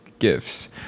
gifts